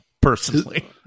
personally